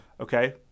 Okay